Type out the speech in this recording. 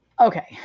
Okay